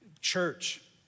church